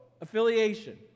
affiliation